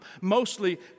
mostly